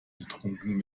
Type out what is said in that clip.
getrunken